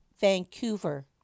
Vancouver